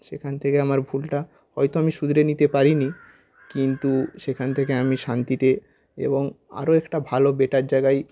সেখান থেকে আমার ভুলটা হয়তো আমি শুধরে নিতে পারিনি কিন্তু সেখান থেকে আমি শান্তিতে এবং আরও একটা ভালো বেটার জায়গায়